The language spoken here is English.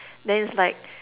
then it's like